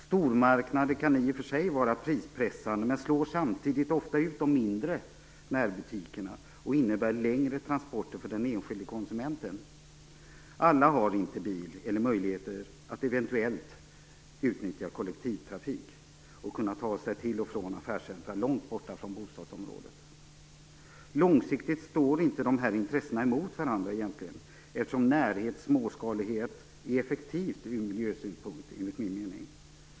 Stormarknader kan i och för sig vara prispressande, men de slår samtidigt ofta ut de mindre närbutikerna och innebär längre transporter för den enskilde konsumenten. Alla har inte bil eller möjligheter att eventuellt utnyttja kollektivtrafik och kunna ta sig till och från affärscentrum långt borta från bostadsområdet. Långsiktigt står inte dessa intressen emot varandra, eftersom närhet och småskalighet enligt min mening är effektivt ur miljösynpunkt.